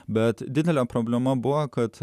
bet didelė problema buvo kad